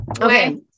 Okay